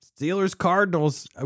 Steelers-Cardinals